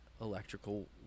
electrical